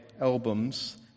albums